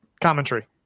commentary